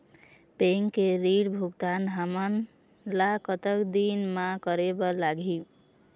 Bank के ऋण भुगतान हमन ला कतक दिन म करे बर लगही?